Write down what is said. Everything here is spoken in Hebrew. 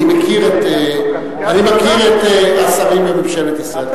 אני מכיר את השרים בממשלת ישראל,